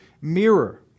mirror